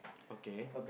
okay